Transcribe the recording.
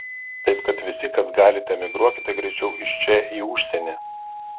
taip kad visi kas galite emigruokite greičiau iš čia į užsienį